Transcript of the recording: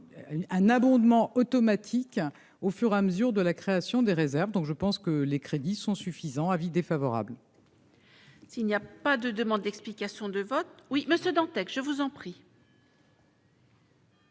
un abondement automatique au fur et à mesure de la création des réserves, donc je pense que les crédits sont suffisants : avis défavorable. S'il n'y a pas de demande d'explication de vote oui monsieur Dantec, je vous en prie.